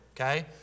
okay